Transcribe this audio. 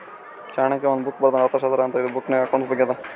ಚಾಣಕ್ಯ ಒಂದ್ ಬುಕ್ ಬರ್ದಾನ್ ಅರ್ಥಶಾಸ್ತ್ರ ಅಂತ್ ಇದು ಬುಕ್ನಾಗ್ ಅಕೌಂಟ್ಸ್ ಬಗ್ಗೆ ಅದಾ